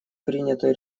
принятой